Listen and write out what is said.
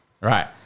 Right